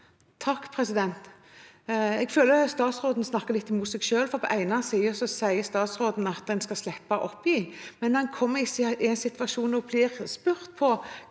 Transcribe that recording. (KrF) Jeg føler at statsråden snakker litt mot seg selv, for på den ene siden sier statsråden at en skal slippe å oppgi, men når en kommer i en situasjon og blir spurt